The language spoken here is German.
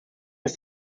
ist